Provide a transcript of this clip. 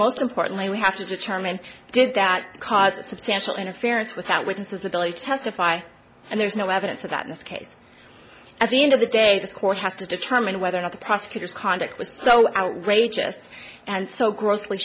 most importantly we have to determine did that cause substantial interference without witnesses ability to testify and there's no evidence of that in this case at the end of the day this court has to determine whether or not the prosecutor's conduct was so outrageous and so grossly